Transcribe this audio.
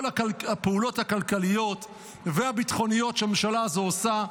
כל הפעולות הכלכליות והביטחוניות שהממשלה הזו עושה,